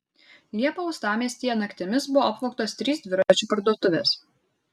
liepą uostamiestyje naktimis buvo apvogtos trys dviračių parduotuvės